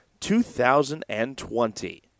2020